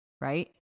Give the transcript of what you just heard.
right